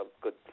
good